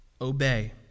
obey